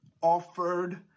offered